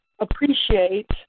appreciate